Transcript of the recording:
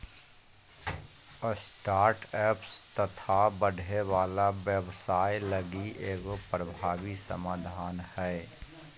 startups तथा बढ़े वाला व्यवसाय लगी एगो प्रभावी समाधान हइ